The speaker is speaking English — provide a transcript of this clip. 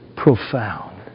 Profound